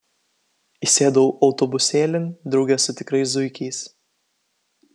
įsėdau autobusėlin drauge su tikrais zuikiais